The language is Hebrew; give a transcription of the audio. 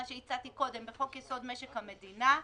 מה שהצעתי קודם: "בחוק יסוד משק המדינה,